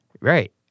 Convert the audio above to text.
Right